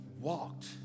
walked